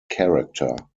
character